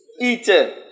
eaten